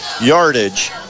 yardage